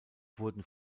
wurden